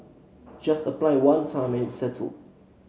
just apply one time and it's settled